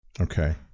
Okay